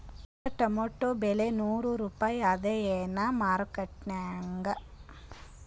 ಈಗಾ ಟೊಮೇಟೊ ಬೆಲೆ ನೂರು ರೂಪಾಯಿ ಅದಾಯೇನ ಮಾರಕೆಟನ್ಯಾಗ?